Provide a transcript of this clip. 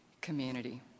community